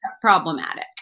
problematic